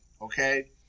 Okay